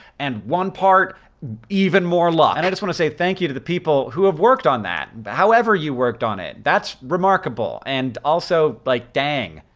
and one part even more luck. and i just want to say thank you to the people who have worked on that. but however you worked on it. that's remarkable and also, like, dang.